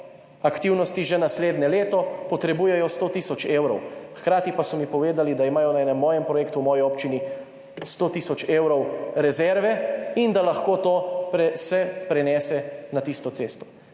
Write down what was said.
aktivnosti že naslednje leto, potrebujejo 100 tisoč evrov. Hkrati pa so mi povedali, da imajo na enem mojem projektu v moji občini 100 tisoč evrov rezerve in da lahko to se prenese na tisto cesto.